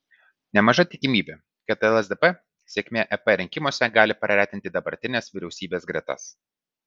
nemaža tikimybė kad lsdp sėkmė ep rinkimuose gali praretinti dabartinės vyriausybės gretas